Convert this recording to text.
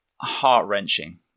heart-wrenching